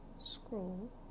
scroll